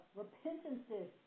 repentances